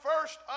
first